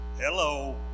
Hello